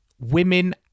women